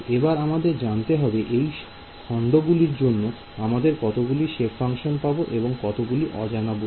এবার আমাদের জানতে হবে যে এই খন্ড গুলির জন্য আমাদের কতগুলি সেপ ফাংশন পাব এবং কতগুলি অজানা বস্তু